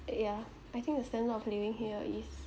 uh yeah I think the standard of living here is